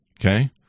Okay